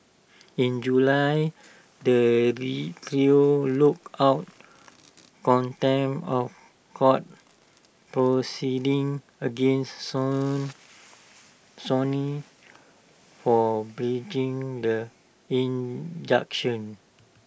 in July the T trio look out contempt of court proceedings against song Sony for breaching the injunction